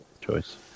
choice